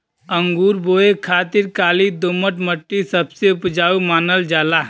अंगूर बोए खातिर काली दोमट मट्टी सबसे उपजाऊ मानल जाला